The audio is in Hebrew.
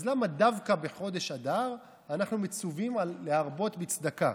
אז למה בחודש אדר אנחנו מצווים להרבות בצדקה,